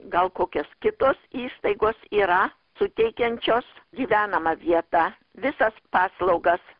gal kokios kitos įstaigos yra suteikiančios gyvenamą vietą visas paslaugas